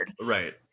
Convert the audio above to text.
Right